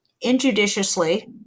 injudiciously